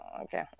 okay